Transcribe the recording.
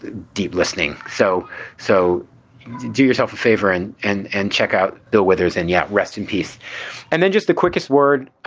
deep listening. so so do yourself a favor and and and check out bill withers and yet rest in peace and then just the quickest word,